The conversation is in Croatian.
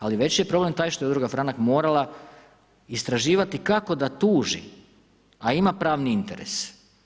Ali već je problem taj što je udruga Franak morala istraživati kako da tuži a ima pravni interes.